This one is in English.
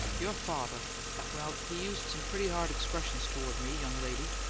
your father well, he used some pretty hard expressions toward me, young lady.